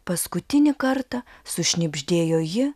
paskutinį kartą sušnibždėjo ji